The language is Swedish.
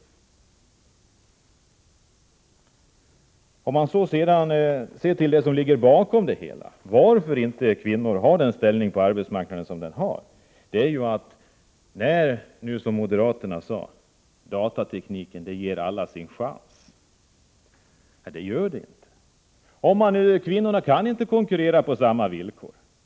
Vad är det som ligger bakom? Varför har kvinnor inte den ställning på arbetsmarknaden som de borde ha? Moderaterna sade att datatekniken ger alla sin chans. Det gör den inte. Kvinnorna kan inte konkurrera på samma villkor.